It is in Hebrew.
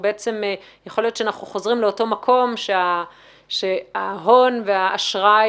שיכול להיות שאנחנו חוזרים לאותו מקום שההון והאשראי